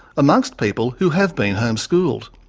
amongst people who have been homeschooled.